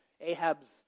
Ahab's